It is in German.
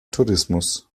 tourismus